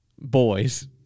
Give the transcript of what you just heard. boys